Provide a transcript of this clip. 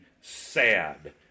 sad